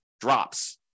drops